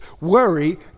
Worry